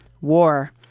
war